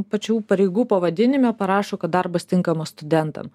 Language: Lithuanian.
pačių pareigų pavadinime parašo kad darbas tinkamas studentam